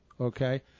okay